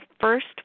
first